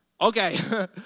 Okay